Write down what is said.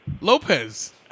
Lopez